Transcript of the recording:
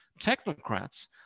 technocrats